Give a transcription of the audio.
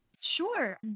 Sure